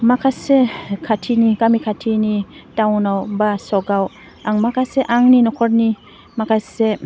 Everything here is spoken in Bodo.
माखासे खाथिनि गामि खाथिनि टाउनाव बा सकआव आं माखासे आंनि न'खरनि माखासे